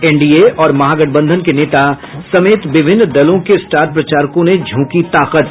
NDA और महागठबंधन के नेता समेत विभिन्न दलों के स्टार प्रचारकों ने झोंकी ताकत